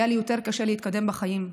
היה לי יותר קשה להתקדם בחיים.